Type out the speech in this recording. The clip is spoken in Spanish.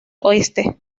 oeste